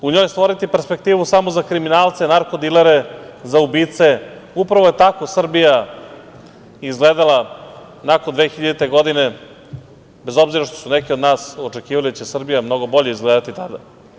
U njoj stvoriti perspektivu samo za kriminalce, narko-dilere, za ubice, upravo je tako Srbija izgledala nakon 2000. godine, bez obzira što su neki od nas očekivali da će Srbija mnogo bolje izgledati tada.